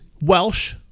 Welsh